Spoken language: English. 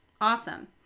Awesome